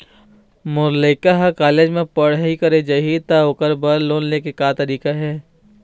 मोर लइका हर कॉलेज म पढ़ई करे जाही, त ओकर बर लोन ले के का तरीका हे?